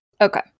okay